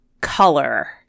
color